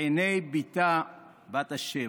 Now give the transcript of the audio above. לעיני בתה בת השבע,